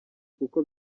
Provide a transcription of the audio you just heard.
kuko